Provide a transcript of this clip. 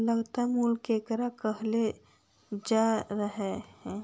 लागत मूल्य केकरा कहल जा हइ?